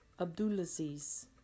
Abdulaziz